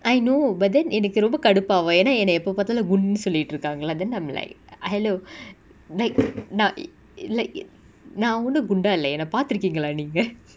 I know but then எனக்கு ரொம்ப கடுப்பாகு ஏனா எனய எப்ப பாத்தாலு குண்டுனு சொல்லிட்டு இருகாங்க:enaku romba kadupaaku yena enaya eppa paathaalu kundunu sollitu irukanga lah then I'm like hello like நா:na you like it நா ஒன்னு குண்டா இல்ல என்ன பாத்து இருக்கிங்களா நீங்க:na onnu kundaa illa enna paathu irukingala neenga